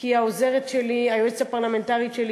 כי היועצת הפרלמנטרית שלי,